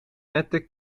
met